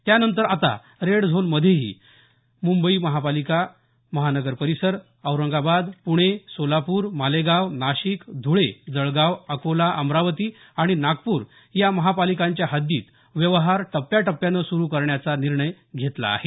त्यानंतर आता रेड झोनमध्ये येणाऱ्या मुंबई महापालिकेसह महानगर परीसर औरंगाबाद पुणे सोलापूर मालेगाव नाशिक धुळे जळगाव अकोला अमरावती आणि नागपूर या महानगरपालिकांच्या हद्दीत व्यवहार टप्प्याटप्प्याने सुरू करण्याचा निर्णय घेतला आहे